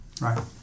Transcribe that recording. Right